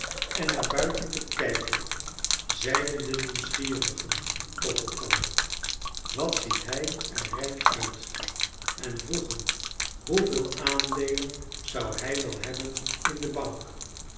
en naar buiten te kijken zeiden de nieuwsgierigen tot elkander wat ziet hij er rijk uit en vroegen hoeveel aandeelen zou hij wel hebben in de bank